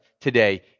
today